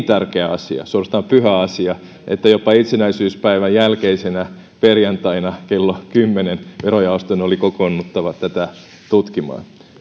tärkeä asia suorastaan pyhä asia että jopa itsenäisyyspäivän jälkeisenä perjantaina kello kymmenen verojaoston oli kokoonnuttava tätä tutkimaan